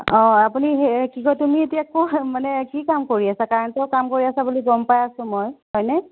অ' আপুনি সেই কি কয় তুমি এতিয়া কোন মানে কি কাম কৰি আছা কাৰেণ্টৰ কাম কৰি আছা বুলি গম পাই আছো মই হয়নে